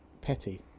petty